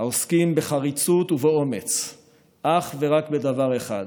העוסקים בחריצות ובאומץ אך ורק בדבר אחד,